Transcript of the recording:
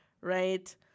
right